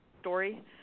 story